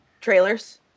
Trailers